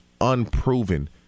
unproven